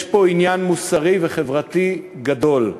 יש פה עניין מוסרי וחברתי גדול,